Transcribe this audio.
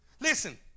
Listen